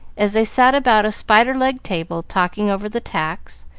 as they sat about a spider-legged table talking over the tax,